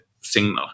signal